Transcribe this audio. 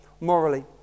morally